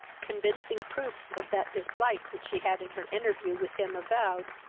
convincing proofs of that dislike which she had in her interview with him avowed,